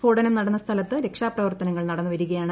സ്ഫോടനം നടന്ന സ്ഥലത്ത് രക്ഷാപ്രവർത്തനങ്ങൾ നടന്നുവരികയാണ്